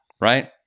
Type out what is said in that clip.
right